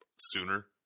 sooner